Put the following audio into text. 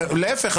להפך,